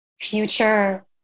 future